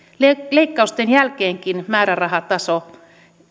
leikkausten jälkeenkin määrärahataso